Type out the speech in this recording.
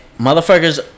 motherfuckers